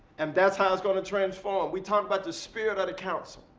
and that's how it's going to transform. we talk about the spirit of the council.